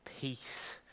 Peace